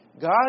God